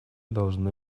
должны